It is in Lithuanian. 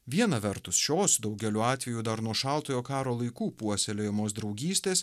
viena vertus šios daugeliu atvejų dar nuo šaltojo karo laikų puoselėjamos draugystės